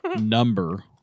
number